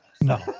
No